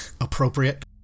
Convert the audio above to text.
appropriate